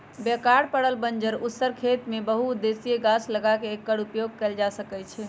बेकार पड़ल बंजर उस्सर खेत में बहु उद्देशीय गाछ लगा क एकर उपयोग कएल जा सकै छइ